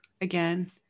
again